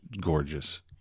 gorgeous